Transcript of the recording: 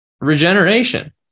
regeneration